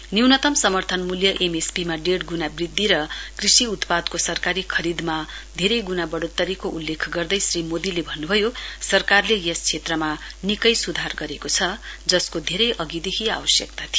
न्यूनतम समर्थन मूल्य एमएसपी मा डेढ ग्णा वृद्धि र कृषि उत्पादको सरकारी खरीदमा धेरै ग्णा बढोत्तरीको उल्लेख गर्दै श्री मोदीले भन्नुभयो सरकारले यस क्षेत्रमा निकै सुधार गरेको छ जसको धेरै अघिदेखि आवश्यकता थियो